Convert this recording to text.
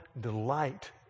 delight